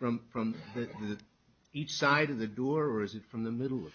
room from each side of the do or is it from the middle of